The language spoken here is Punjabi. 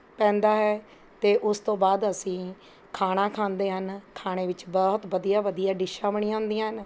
ਪੈਂਦਾ ਹੈ ਅਤੇ ਉਸ ਤੋਂ ਬਾਅਦ ਅਸੀਂ ਖਾਣਾ ਖਾਂਦੇ ਹਾਂ ਖਾਣੇ ਵਿੱਚ ਬਹੁਤ ਵਧੀਆ ਵਧੀਆ ਡਿੱਸ਼ਾਂ ਬਣੀਆਂ ਹੁੰਦੀਆ ਹਨ